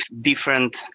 different